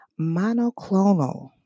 monoclonal